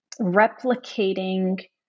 replicating